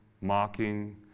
mocking